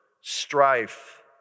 strife